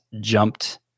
jumped